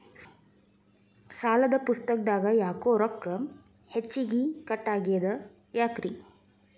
ಸಾಲದ ಪುಸ್ತಕದಾಗ ಯಾಕೊ ರೊಕ್ಕ ಹೆಚ್ಚಿಗಿ ಕಟ್ ಆಗೆದ ಯಾಕ್ರಿ?